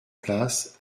place